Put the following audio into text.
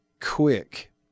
quick